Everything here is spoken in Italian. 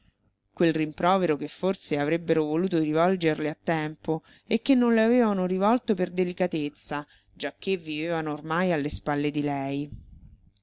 quel rimprovero che forse avrebbero voluto rivolgerle a tempo e che non le avevano rivolto per delicatezza giacché vivevano ormai alle spalle di lei